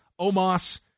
Omos